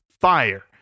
fire